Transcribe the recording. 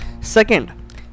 Second